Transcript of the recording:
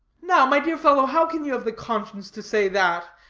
now, my dear fellow, how can you have the conscience to say that,